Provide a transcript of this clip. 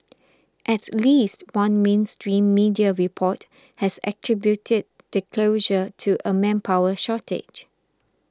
at least one mainstream media report has attributed the closure to a manpower shortage